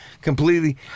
completely